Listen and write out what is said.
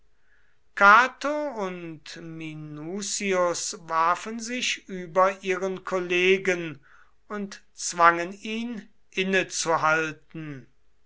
cato und minucius warfen sich über ihren kollegen und zwangen ihn